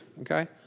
okay